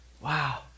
Wow